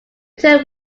term